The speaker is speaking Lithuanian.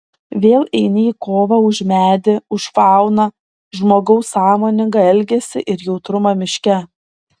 vėl eini į kovą už medį už fauną žmogaus sąmoningą elgesį ir jautrumą miške